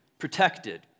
protected